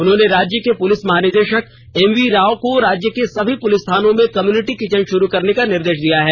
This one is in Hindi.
उन्होंने राज्य के पुलिस महानिदेषक एमवी राव को राज्य के सभी पुलिस थानों में कम्यूनिटी किचन शुरू करने का निर्देष दिया है